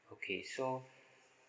okay so